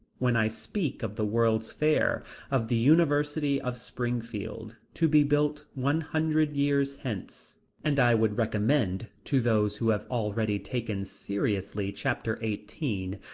when i speak of the world's fair of the university of springfield, to be built one hundred years hence. and i would recommend to those who have already taken seriously chapter eighteen,